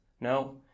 No